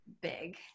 big